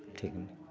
ठीक